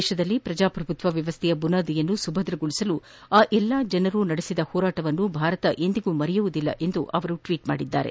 ದೇಶದಲ್ಲಿ ಪ್ರಜಾಪ್ರಭುತ್ವ ವ್ಯವಸ್ಥೆಯ ಬುನಾದಿಯನ್ನ ಸುಭದ್ರಗೊಳಿಸಲು ಆ ಎಲ್ಲಾ ಜನರು ನಡೆಬದ ಹೋರಾಟವನ್ನು ಭಾರತ ಎಂದಿಗೂ ಮರೆಯುವುದಿಲ್ಲ ಎಂದು ಅವರು ಟ್ವೀಟ್ ಮಾಡಿದ್ದಾರೆ